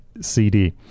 CD